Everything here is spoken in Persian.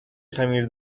خمیر